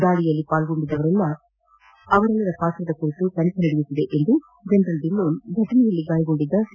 ದಾಳಿಯಲ್ಲಿ ಭಾಗಿಯಾದವರೆಲ್ಲರ ಪಾತ್ರದ ಕುರಿತು ತನಿಖೆ ನಡೆಯುತ್ತಿದೆ ಎಂದ ಜನರಲ್ ಡಿಲ್ಲೋನ್ ಘಟನೆಯಲ್ಲಿ ಗಾಯಗೊಂಡಿದ್ದ ಸಿ